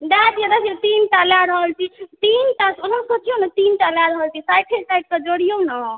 दए दियऽ देखियो तीन टा लऽ रहल छी तीन टा अहाँ सोचियो ने तीन टा लऽ रहल छी साठिये साठिये से जोड़ियो ने